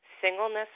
Singleness